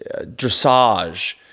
dressage